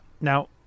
Now